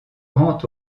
rend